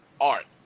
Art